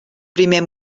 primer